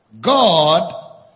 God